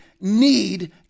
need